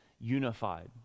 unified